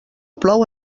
plou